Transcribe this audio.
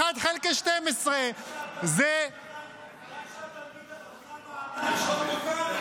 אחת חלקי 12. --- רק שהתלמיד החכם שלמה קרעי,